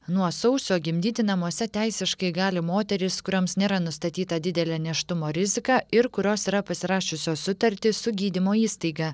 nuo sausio gimdyti namuose teisiškai gali moterys kurioms nėra nustatyta didelė nėštumo rizika ir kurios yra pasirašiusios sutartį su gydymo įstaiga